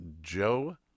Joe